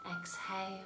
Exhale